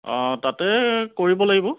অ' তাতে কৰিব লাগিব